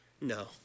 No